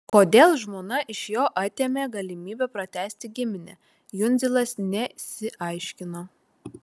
kodėl žmona iš jo atėmė galimybę pratęsti giminę jundzilas nesiaiškino